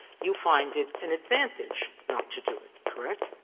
you find it an advantage not to do it, correct?